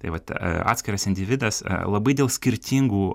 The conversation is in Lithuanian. tai vat atskiras individas labai dėl skirtingų